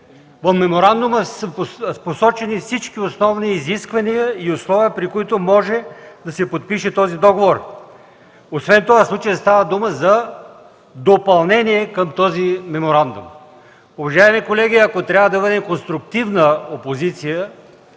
По меморандума са посочени всички основни изисквания и условия, при които може да се подпише този договор. Освен това в случая става дума за допълнение към този меморандум. Уважаеми колеги, ако трябва да бъде опозицията